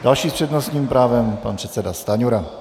Další s přednostním právem pan předseda Stanjura.